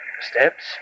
steps